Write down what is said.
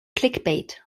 clickbait